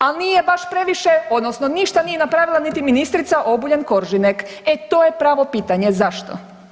Al nije baš previše odnosno ništa nije napravila niti ministrica Obuljen Koržinek, e to je pravo pitanje zašto.